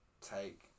take